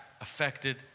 affected